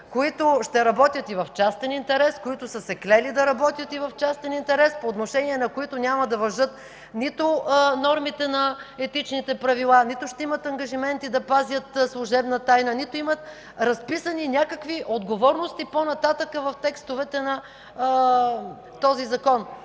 които ще работят и в частен интерес, които са се клели да работят и в частен интерес, по отношение на които няма да важат нито нормите на Етичните правила, нито ще имат ангажименти да пазят служебна тайна, нито имат разписани някакви отговорности по-нататък в текстовете на този закон.